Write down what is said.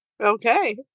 Okay